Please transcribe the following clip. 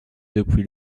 depuis